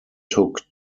took